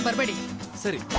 but radio city